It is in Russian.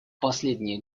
последние